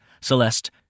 Celeste